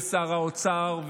שר האוצר,